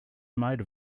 made